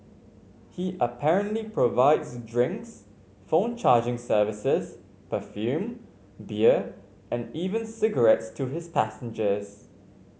he apparently provides drinks phone charging services perfume beer and even cigarettes to his passengers